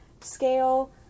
scale